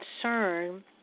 concern